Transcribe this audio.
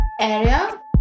area